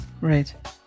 right